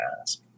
ask